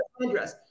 address